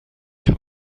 kann